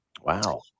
Wow